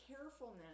carefulness